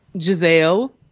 Giselle